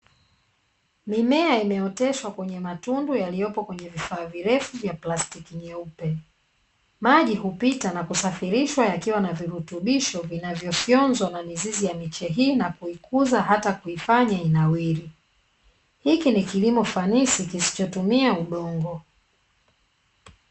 Mimea imeoteshwa kwenye matundu yaliyopo kwenye vifaa virefu vya plastiki nyeupe, maji hupita na kusafirishwa yakiwa na virutubisho vinavyofyonzwa na mizizi ya miche hii na kuikuza hata kuifanya inawiri, hiki ni kilimo fanisi kisichotumia udongo.